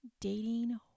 dating